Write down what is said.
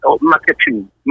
marketing